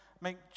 make